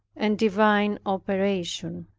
and divine operation.